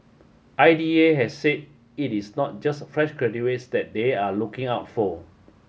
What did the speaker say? I D A had said it is not just fresh graduates that they are looking out for